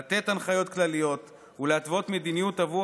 לתת הנחיות כלליות ולהתוות מדיניות עבור